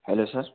hello sir